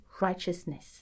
righteousness